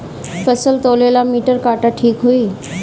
फसल तौले ला मिटर काटा ठिक होही?